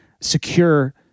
secure